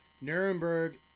Nuremberg